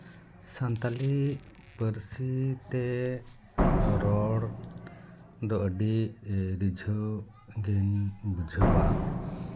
ᱥᱟᱱᱛᱟᱲᱤ ᱯᱟᱹᱨᱥᱤ ᱛᱮ ᱨᱚᱲ ᱫᱚ ᱟᱹᱰᱤ ᱨᱤᱡᱷᱟᱹᱣ ᱜᱮᱧ ᱵᱩᱡᱷᱟᱹᱣᱟ